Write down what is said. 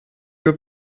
que